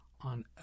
on